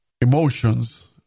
emotions